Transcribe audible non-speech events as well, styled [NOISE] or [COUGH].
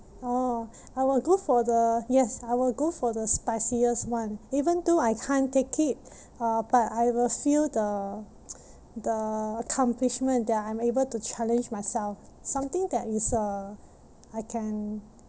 orh I will go for the yes I will go for the spiciest one even though I can't take it uh but I will feel the [NOISE] the accomplishment that I'm able to challenge myself something that is uh I can